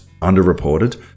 underreported